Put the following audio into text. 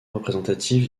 représentatif